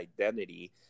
identity